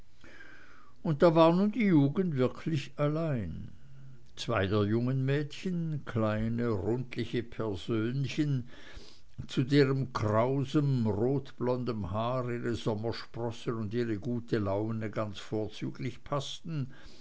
und da war nun die jugend wirklich allein zwei der jungen mädchen kleine rundliche persönchen zu deren krausem rotblondem haar ihre sommersprossen und ihre gute laune ganz vorzüglich paßten